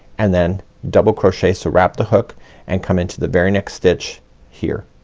and then double crochet. so wrap the hook and come into the very next stitch here.